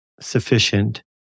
sufficient